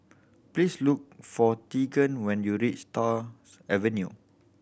please look for Tegan when you reach Stars Avenue